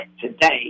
today